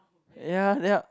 ya then